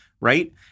right